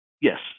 Yes